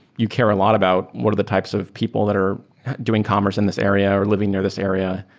you care a lot about what are the types of people that are doing commerce in this area or living near this area,